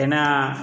એના